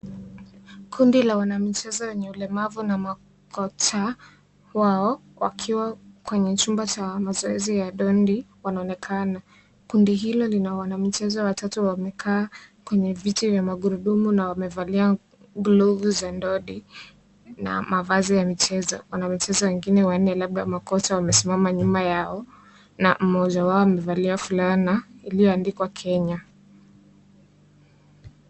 Kundi la wanamichezo wenye ulemavu na makocha wao wakiwa kwenye chumba cha mazoezi ya dodi wanaonekana. Kundi hilo lina wanamichezo watatu wamekaa kwenye viti vya magurudumu na wamevalia glovu za dodi na mavazi ya michezo. Wanamichezo wengine wanne labda makocha wamesimama nyuma yao na mmoja wao amevalia fulana iliyoandikwa Kenya.